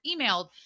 emailed